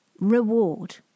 reward